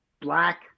black